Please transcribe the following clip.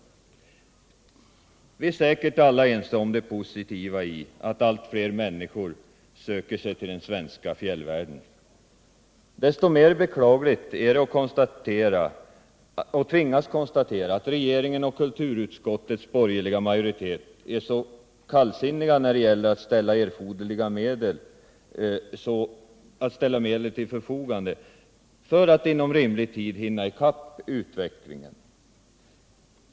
Vi är säkert alla ense om det positiva i att allt fler människor söker sig till den svenska fjällvärlden. Desto mer beklagligt är det då att tvingas konstatera att regeringen och kulturutskottets borgerliga majoritet är så kallsinniga när det gäller att ställa erforderliga medel till förfogande för att inom rimlig tid hinna ikapp utvecklingen.